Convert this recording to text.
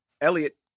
Elliot